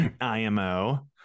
IMO